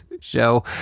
show